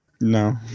No